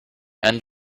end